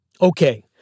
Okay